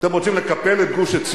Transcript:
אתם רוצים לקפל את גוש-עציון,